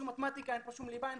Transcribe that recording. ולא לומדים מתמטיקה ולא לומדים ליבה.